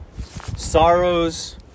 sorrows